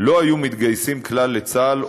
לא היו מתגייסים כלל לצה"ל,